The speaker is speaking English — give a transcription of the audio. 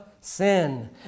sin